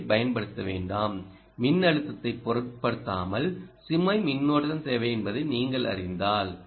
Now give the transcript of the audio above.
ஓவைப் பயன்படுத்த வேண்டாம் மின்னழுத்தத்தைப் பொருட்படுத்தாமல் சுமை மின்னோட்டம் தேவை என்பதை நீங்கள் அறிந்தால்